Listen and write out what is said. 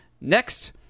Next